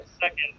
second